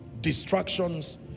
distractions